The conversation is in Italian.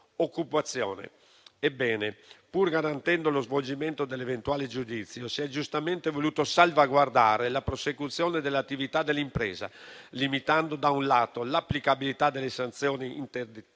occupazione. Ebbene, pur garantendo lo svolgimento dell'eventuale giudizio, si è giustamente voluta salvaguardare la prosecuzione dell'attività dell'impresa, limitando, da un lato, l'applicabilità delle sanzioni interdittive